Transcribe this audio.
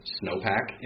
snowpack